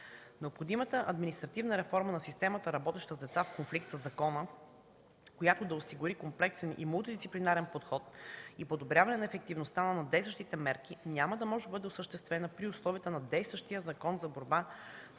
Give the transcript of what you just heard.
Необходимата административна реформа на системата, работеща с деца в конфликт със закона, която да осигури комплексен и мултидисциплинарен подход и подобряване на ефективността на действащите мерки, няма да може да бъде осъществена при условията на действащия Закон за борба